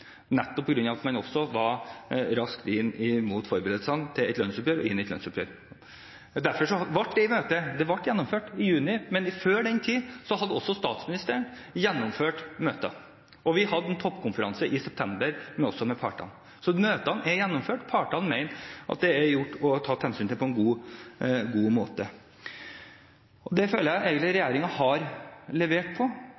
nettopp på grunn av at man også var inne i forberedelsene til et lønnsoppgjør – inne i et lønnsoppgjør. Derfor ble det møtet gjennomført i juni. Men før den tid hadde også statsministeren gjennomført møter, og vi hadde en toppkonferanse i september også med partene. Så møtene er gjennomført. Partene mener at de er blitt tatt hensyn til på en god måte. Dette føler jeg egentlig regjeringen har levert på, og jeg synes det er